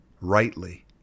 rightly